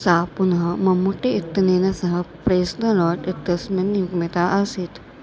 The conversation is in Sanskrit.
सा पुनः मम्मुटी इत्यनेन सह प्रैस् द लार्ड् इत्यस्मिन् युग्मिता आसीत्